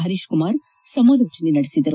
ಹರೀಶಕುಮಾರ್ ಸಮಾಲೋಚನೆ ನಡೆಸಿದರು